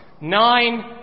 nine